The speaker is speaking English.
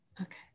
okay